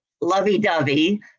lovey-dovey